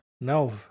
no